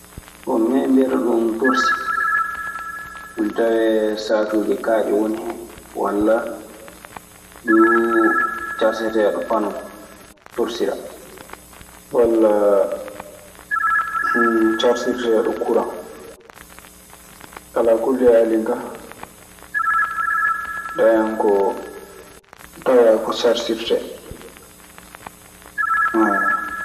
Bon! Minen mbiyata ɗum torsi. Ana tawee saatuuje kaaƴe woni hen walla duu carsirteeɗo pano torsiraa. Walla carsirteeɗo kuran. Alaa kullihaalin ka dañan koo tawa ko sarsirte.